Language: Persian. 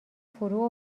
فرو